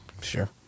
Sure